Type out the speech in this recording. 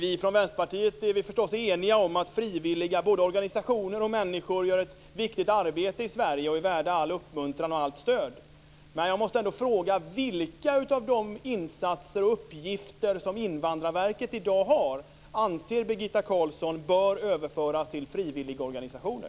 Vi i Vänsterpartiet är förstås eniga om att frivilliga både organisationer och människor gör ett viktigt arbete i Sverige och är värda all uppmuntran och allt stöd, men jag måste ändå fråga vilka av de insatser och uppgifter som Invandrarverket i dag har som Birgitta Carlsson anser bör överföras till frivilligorganisationer.